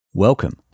Welcome